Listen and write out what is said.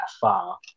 far